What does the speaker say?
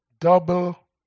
Double